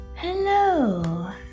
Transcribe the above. hello